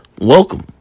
Welcome